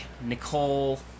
Nicole